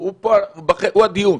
הוא הדיון.